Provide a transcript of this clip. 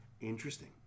interesting